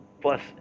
plus